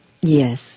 Yes